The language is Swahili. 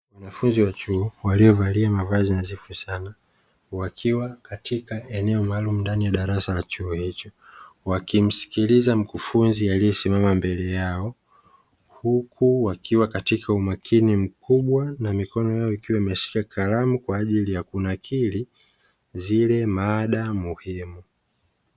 Wanafunzi wa chuo waliovalia mavazi nadhifu sana, wakiwa katika eneo maalumu ndani ya darasa, wakimsikiliza mkufunzi aliyesimama mbele yao, huku wakiwa katika umakini mkubwa na mikono yao ikiwa imeshika kalamu kwa ajili ya kunakili zile mada muhimu.